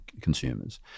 consumers